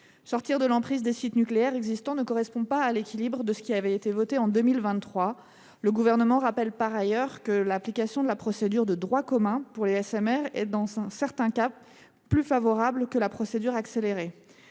Sortir de l’emprise des sites nucléaires existants ne correspond pas à l’équilibre voté en 2023. Le Gouvernement rappelle, par ailleurs, que l’application de la procédure de droit commun pour les SMR est dans certains cas plus favorable que la procédure accélérée.